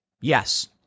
yes